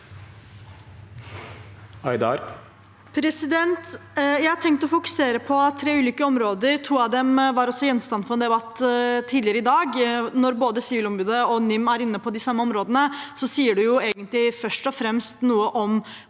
Jeg har tenkt å fokusere på tre ulike områder. To av dem var også gjenstand for en debatt tidligere i dag. Når både Sivilombudet og NIM er inne på de samme områdene, sier det egentlig først og fremst noe om